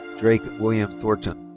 drake william thornton.